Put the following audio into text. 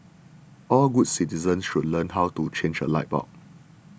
all good citizens should learn how to change a light bulb